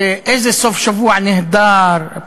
איזה סוף שבוע נהדר,